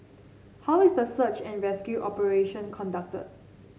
how is the search and rescue operation conducted